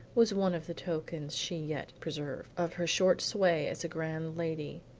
was one of the tokens she yet preserved, of her short sway as grand lady,